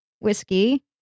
whiskey